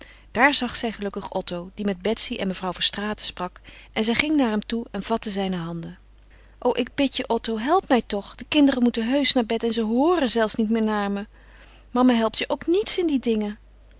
daar zag zij gelukkig otto die met betsy en mevrouw verstraeten sprak en zij ging naar hem toe en vatte zijne handen o ik bid je otto help mij toch de kinderen moeten heusch naar bed en ze hooren zelfs niet meer naar me mama helpt je ook niets in die dingen